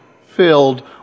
filled